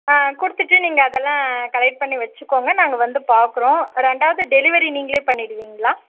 கொடுத்துட்டு நீங்கள் அதெல்லாம் கலெக்ட் பண்ணி வச்சுக்கோங்க நாங்கள் வந்து பார்க்றோம் ரெண்டாவது டெலிவரி நீங்களே பண்ணிடுவிங்களா